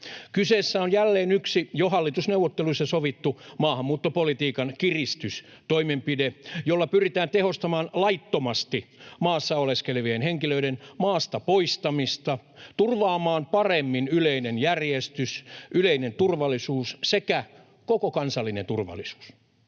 Kyseessä on jälleen yksi jo hallitusneuvotteluissa sovittu maahanmuuttopolitiikan kiristystoimenpide, jolla pyritään tehostamaan laittomasti maassa oleskelevien henkilöiden maasta poistamista, turvaamaan paremmin yleinen järjestys, yleinen turvallisuus sekä koko kansallinen turvallisuus.